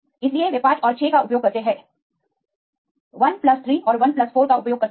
इसलिए वे 5 और 6 का उपयोग करते हैं वे I प्लस 3 और I प्लस 4 का उपयोग करते हैं